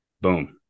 boom